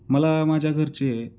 मला माझ्या घरचे